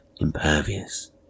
impervious